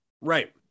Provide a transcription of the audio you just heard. right